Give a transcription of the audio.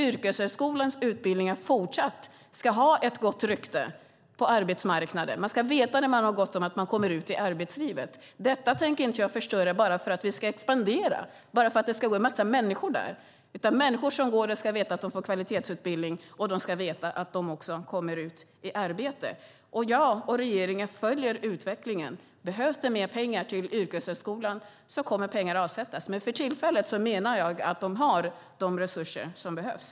Yrkeshögskolans utbildningar ska fortsätta att ha ett gott rykte på arbetsmarknaden. Man ska veta att man kommer ut i arbetslivet när man har gått dem. Detta tänker inte jag förstöra bara för att vi ska expandera och bara för att det ska gå en massa människor där. Människor som går där ska veta att de får en kvalitetsutbildning, och de ska också veta att de kommer ut i arbete. Jag och regeringen följer utvecklingen. Behövs det mer pengar till yrkeshögskolan kommer pengar att avsättas, men jag menar att de för tillfället har de resurser som behövs.